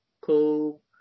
cool